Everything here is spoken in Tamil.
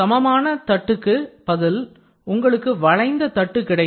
சமமான தட்டுக்கு பதில் உங்களுக்கு வளைந்த தட்டு கிடைக்கும்